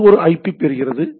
எனவே இது ஒரு ஐபி பெறுகிறது